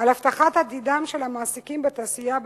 להבטחת עתידם של המועסקים בתעשייה בפריפריה.